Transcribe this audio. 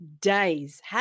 days